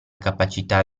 capacità